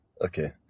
Okay